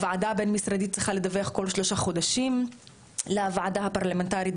הוועדה הבין-משרדית צריכה לדווח כל שלושה חודשים לוועדה הפרלמנטרית.